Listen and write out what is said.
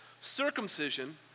circumcision